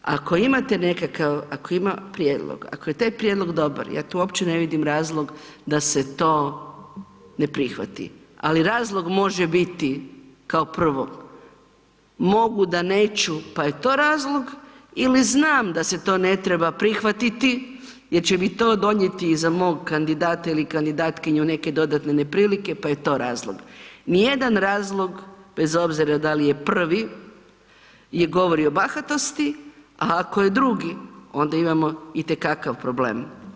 Prema tome, ako imate nekakav, ako ima prijedlog, ako je taj prijedlog dobar, ja tu uopće ne vidim razlog da se to ne prihvati, ali razlog može biti kao prvo, mogu da neću, pa je to razlog ili znam da se to ne treba prihvatiti jer će mi to donijeti i za mog kandidata ili kandidatkinju neke dodatne neprilike, pa je to razlog, nijedan razlog bez obzira da li je prvi je govori o bahatosti, a ako je drugi onda imamo itekakav problem.